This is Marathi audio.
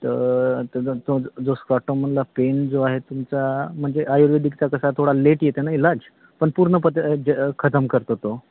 तर जो स्कॉटमनला पेन जो आहे तुमचा म्हणजे आयुर्वेदिकचा कसा थोडा लेट येते ना इलाज पण पूर्ण पत ज खतम करतो तो